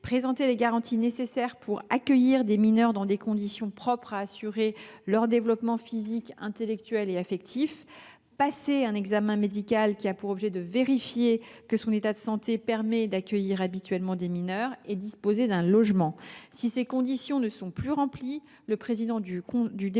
présenter les garanties nécessaires pour accueillir des mineurs dans des conditions propres à assurer leur développement physique, intellectuel et affectif ; passer un examen médical ayant pour objet de vérifier que son état de santé lui permet d’accueillir habituellement des mineurs ; disposer d’un logement. Si ces conditions ne sont plus remplies, le président du conseil